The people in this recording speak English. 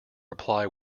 reply